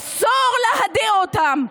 אסור להדיר אותם.